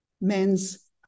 men's